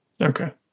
Okay